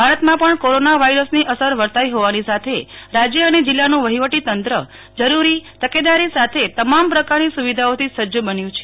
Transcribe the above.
ભારતમાં પણ કોરોના વાયરસની અસર વર્તાઈ હોવાની સાથે રાજય અને જિલ્લાનું વહીવટીતંત્ર જરૂરી તકેદારી સાથે તમામ પ્રકારની સુવિધાઓથી સજ્જ બન્યું છે